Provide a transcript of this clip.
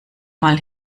mal